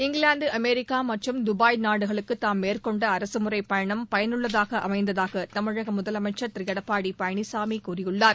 England America மற்றும் Dubai நாடுகளுக்கு தாம் மேற்கொண்ட அரசுமுறைப் பயணம் பயனுள்ளதாக அமைந்ததாக தமிழக முதலமைச்சர் திரு எடப்பாடி பழனிசாமி கூறியுள்ளார்